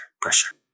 pressure